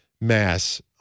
Mass